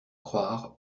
croire